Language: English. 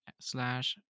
slash